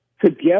together